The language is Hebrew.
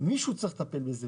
מישהו צריך לטפל בזה,